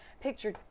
picture